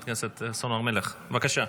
חברת הכנסת סון הר מלך, בבקשה.